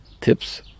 tips